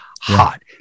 hot